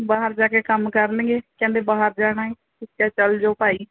ਬਾਹਰ ਜਾ ਕੇ ਕੰਮ ਕਰਨਗੇ ਕਹਿੰਦੇ ਬਾਹਰ ਜਾਣਾ ਏ ਅਸੀਂ ਕਿਹਾ ਚੱਲ ਜਾਓ ਭਾਈ